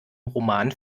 roman